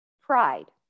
pride